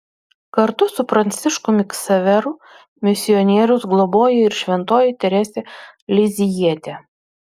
kartu su pranciškumi ksaveru misionierius globoja ir šventoji teresė lizjietė